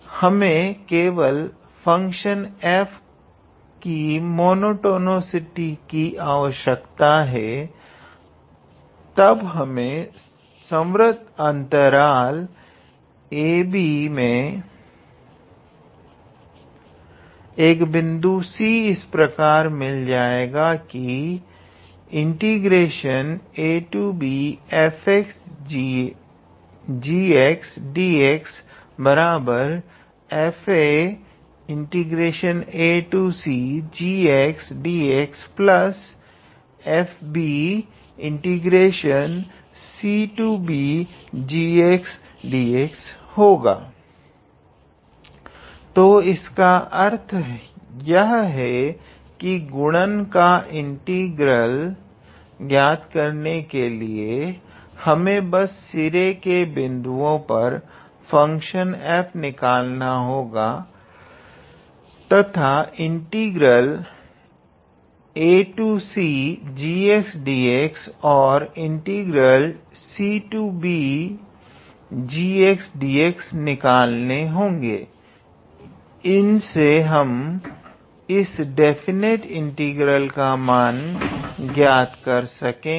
हमें केवल function f की मोनोटोनिसिटी की आवश्यकता है तब हमें संवर्त अंतराल ab में एक बिंदु c हमें इस प्रकार मिल जाएगा कि abfgdx fa acgxdxf cbgdx तो इसका अर्थ यह है कि गुणन का इंटीग्रल ज्ञात करने के लिए हमें बस सिरे के बिंदुओं पर फंक्शन f निकालना होगा तथा इंटीग्रल acgdx और cbgdx निकालने होंगे इनसे हम इस डेफिनिटी इंटीग्रल का मान ज्ञात कर सकेंगे